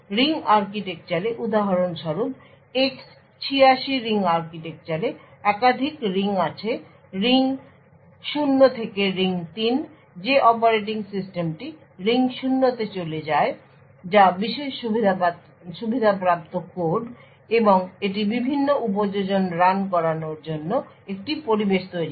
ring আর্কিটেকচারে উদাহরণস্বরূপ X86 ring আর্কিটেকচারে একাধিক রিং আছে রিং 0 থেকে রিং 3 যে অপারেটিং সিস্টেমটি রিং 0 এ চলে যা বিশেষ সুবিধাপ্রাপ্ত কোড এবং এটি বিভিন্ন উপযোজন রান করানোর জন্য একটি পরিবেশ তৈরি করে